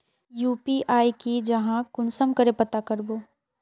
UPI की जाहा कुंसम करे पता करबो?